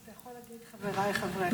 אז אתה יכול להגיד "חבריי חברי הכנסת",